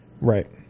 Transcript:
Right